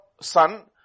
son